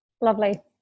lovely